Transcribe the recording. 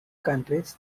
countries